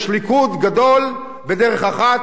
יש ליכוד גדול בדרך אחת,